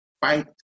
fight